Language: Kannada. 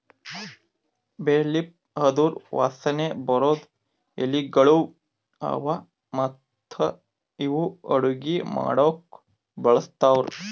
ಬೇ ಲೀಫ್ ಅಂದುರ್ ವಾಸನೆ ಬರದ್ ಎಲಿಗೊಳ್ ಅವಾ ಮತ್ತ ಇವು ಅಡುಗಿ ಮಾಡಾಕು ಬಳಸ್ತಾರ್